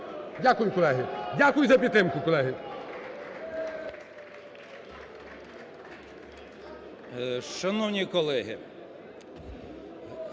Дякую, колеги. Дякую за підтримку, колеги.